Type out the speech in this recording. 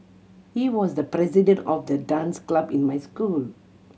he was the president of the dance club in my school